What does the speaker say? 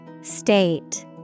State